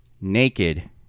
naked